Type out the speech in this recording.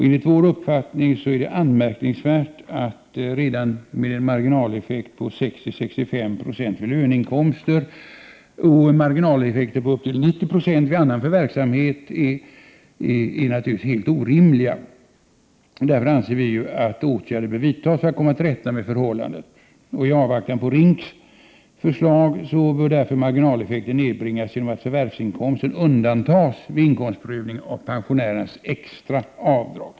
Enligt vår uppfattning är det anmärkningsvärt redan med en marginaleffekt på 60-65 26 vid löneinkomster, och marginaleffekter upp till 90 26 vid annan förvärvsverksamhet är helt orimliga. Därför anser vi att åtgärder bör vidtas för att komma till rätta med förhållandet. I avvaktan på RINK:s förslag bör därför marginaleffekten nedbringas genom att förvärvsinkomst undantas vid inkomstprövning av pensionärernas extra avdrag.